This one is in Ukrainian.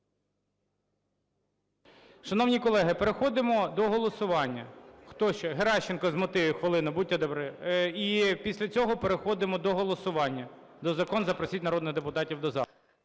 Шановні колеги, переходимо до голосування. Хто ще? Геращенко – з мотивів, хвилина, будьте добрі. І після цього переходимо до голосування за закон, запросіть народних депутатів до зали.